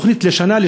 תוכנית לשנה,